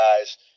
guys